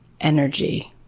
energy